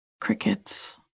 Crickets